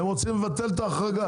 הם רוצים לבטל את ההחרגה.